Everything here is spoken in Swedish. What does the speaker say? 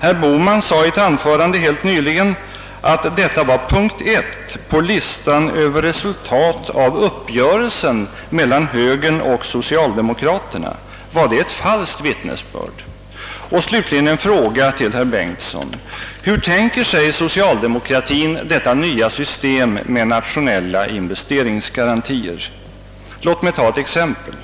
Herr Bohman yttrade i ett anförande helt nyligen att detta var punkt 1 på listan över resultat av uppgörelsen mellan högern och socialdemokraterna. Var det ett falskt vittnesbörd? Slutligen en fråga till herr Bengtsson: Hur "tänker sig socialdemokratin detta nya system med nationella investeringsgarantier? Låt mig ta ett exempel.